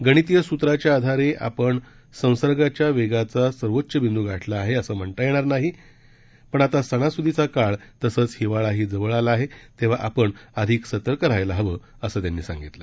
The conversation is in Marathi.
गणितीय स्त्रांच्या आधारे आपण संसर्गाच्या वेगाचा सर्वोच्च बिंद् गाठला आहे असं म्हणता येणार नाही आता सणास्दीचा काळ तसंच हिवाळाही जवळ आला आहे तेव्हा आपण अधिक सतर्क राहायला हवं असं त्यांनी सांगितलं